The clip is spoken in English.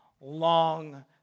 long